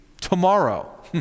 tomorrow